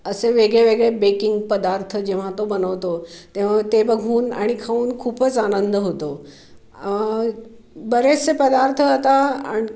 असे वेगळेवेगळे बेकिंग पदार्थ जेव्हा तो बनवतो तेव्हा ते बघून आणि खाऊन खूपच आनंद होतो बरेचसे पदार्थ आता आण